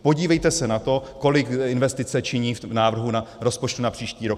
Podívejte se na to, kolik investice činí v návrhu rozpočtu na příští rok.